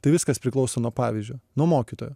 tai viskas priklauso nuo pavyzdžio nuo mokytojo